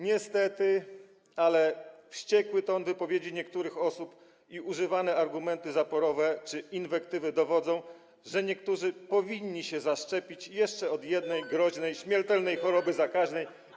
Niestety, ale wściekły ton wypowiedzi niektórych osób i używane argumenty zaporowe czy inwektywy dowodzą, że niektórzy powinny się zaszczepić jeszcze przeciwko jednej, groźnej, śmiertelnej chorobie zakaźnej.